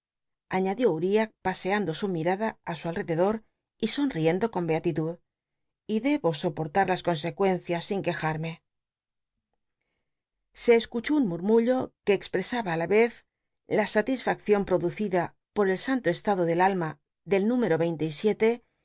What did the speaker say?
uriah paseando su mirada á su all'edcdor y sonricndo con beatitud y debo soportar las con c cucncias sin quejarme se escuchó un mrll'lrmllo que cxj i'csaba á la i'cy la satisf'accion producitla por el santo estado del alma del ntrmero